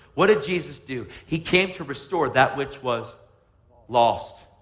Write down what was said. what did jesus do? he came to restore that which was lost.